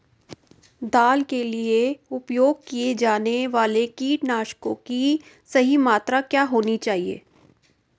दाल के लिए उपयोग किए जाने वाले कीटनाशकों की सही मात्रा क्या होनी चाहिए?